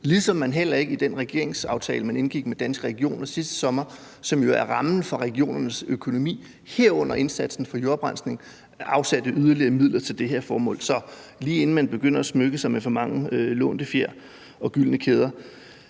ligesom man heller ikke i den regeringsaftale, man indgik med Danske Regioner sidste sommer, som jo er rammen for regionernes økonomi, herunder indsatsen for jordoprensning, afsatte yderligere midler til det her formål. Så det vil jeg bare sige, inden man begynder at smykke sig med for mange lånte fjer og gyldne kæder.